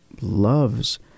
loves